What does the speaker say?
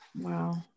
Wow